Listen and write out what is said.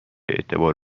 اعتبار